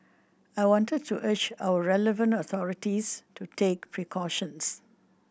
I wanted to urge our relevant authorities to take precautions